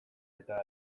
eta